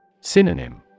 Synonym